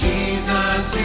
Jesus